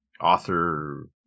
author